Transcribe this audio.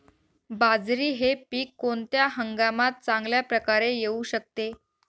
बाजरी हे पीक कोणत्या हंगामात चांगल्या प्रकारे येऊ शकते?